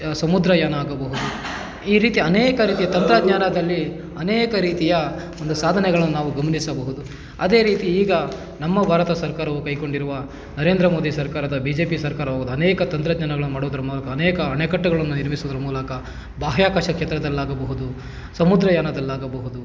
ಸಮುದ್ರಯಾನ ಆಗಬಹುದು ಈ ರೀತಿ ಅನೇಕ ರೀತಿಯ ತಂತ್ರಜ್ಞಾನದಲ್ಲಿ ಅನೇಕ ರೀತಿಯ ಒಂದು ಸಾದನೆಗಳನ್ನು ನಾವು ಗಮನಿಸಬಹುದು ಅದೇ ರೀತಿ ಈಗ ನಮ್ಮ ಭಾರತ ಸರ್ಕಾರವು ಕೈಗೊಂಡಿರುವ ನರೇಂದ್ರ ಮೋದಿ ಸರ್ಕಾರದ ಬಿ ಜೆ ಪಿ ಸರ್ಕಾರವು ಅನೇಕ ತಂತ್ರಜ್ಞಾನವನ್ನು ಮಾಡೋದರ ಮೂಲಕ ಅನೇಕ ಆಣೆಕಟ್ಟುಗಳನ್ನು ನಿರ್ಮಿಸೋದರ ಮೂಲಕ ಬಾಹ್ಯಾಕಾಶ ಕ್ಷೇತ್ರದಲ್ಲಾಗಬಹುದು ಸಮುದ್ರಯಾನದಲ್ಲಾಗಬಹುದು